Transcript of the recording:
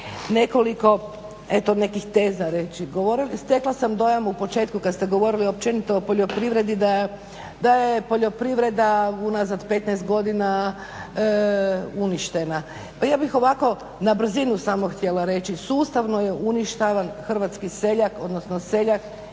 nekoliko teza reći. Stekla sam dojam u početku kada ste govorili općenito o poljoprivredi da je poljoprivreda unazad 15 godina uništena. Pa ja bih ovako na brzinu samo htjela reći, sustavno je uništavan hrvatski seljak odnosno seljak